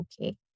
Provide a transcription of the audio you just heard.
okay